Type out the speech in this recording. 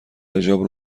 حجاب